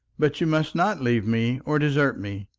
but you must not leave me or desert me.